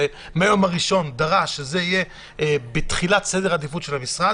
שמהיום הראשון דרש שזה יהיה בתחילת סדר העדיפויות של המשרד,